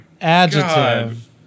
adjective